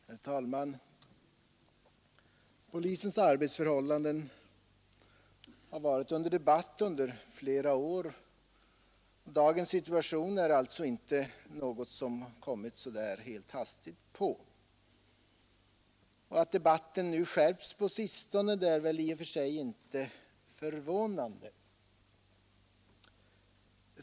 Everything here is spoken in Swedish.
Herr talman! Polisens arbetsförhållanden har varit under debatt i flera år. Dagens situation har alltså inte kommit så där helt oväntat, och att debatten skärpts på sistone är väl i och för sig inte förvånande.